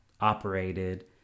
operated